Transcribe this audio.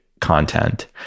content